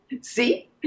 see